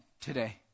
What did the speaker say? today